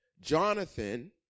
Jonathan